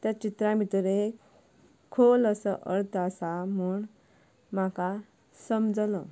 त्या चित्रां भितरलें खोल असो अर्थ आसा म्हूण म्हाका समजलो